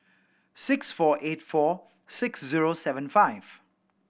six four eight four six zero seven five